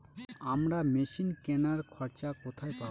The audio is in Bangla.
আমরা মেশিন কেনার খরচা কোথায় পাবো?